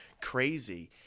crazy